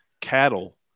cattle